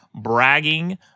bragging